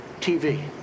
TV